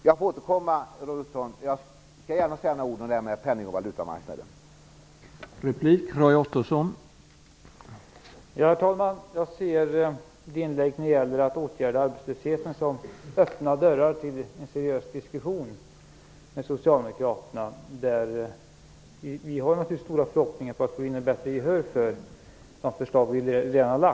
Jag skall gärna säga några ord om penning och valutamarknaden, Roy Ottosson. Jag får återkomma.